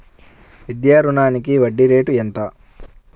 విద్యా రుణానికి వడ్డీ రేటు ఎంత?